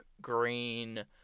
green